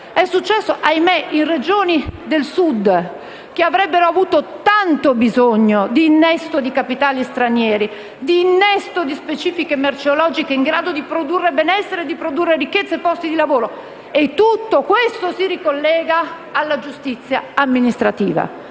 È successo - ahimè - in molte Regioni del Sud, che avrebbero tanto bisogno di innesto di capitali stranieri, di innesto di specifiche merceologiche in grado di produrre benessere, ricchezze e posti di lavoro. E tutto questo si ricollega alla giustizia amministrativa